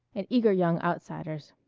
and eager young outsiders.